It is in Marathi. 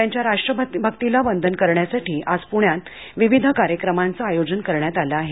त्यांच्या राष्ट्रभक्तीला वंदन करण्यासाठी आज प्ण्यात विविध कार्यक्रमांचं आयोजन करण्यात आलं आहे